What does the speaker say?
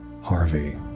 Harvey